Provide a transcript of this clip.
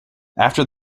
after